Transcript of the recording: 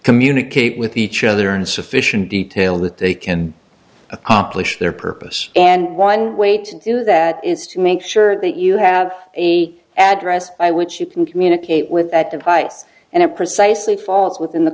communicate with each other in sufficient detail that they can accomplish their purpose and one way to do that is to make sure that you have the address by which you can communicate with that device and it precisely falls within the